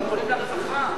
אנחנו פונים לרווחה.